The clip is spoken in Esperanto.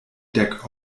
dek